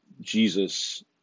Jesus